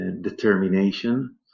determination